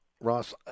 Ross